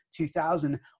2000